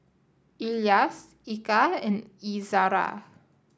Elyas Eka and Izzara